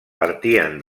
partien